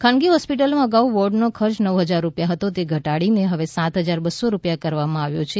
ખાનગી હોસ્પિટલોમાં અગાઉ વોર્ડનો ખર્ચ નવ હજાર રૂપિયા હતો તે ઘટાડીને હવે સાત હજાર બસો રૂપિયા કરવામાં આવ્યો છે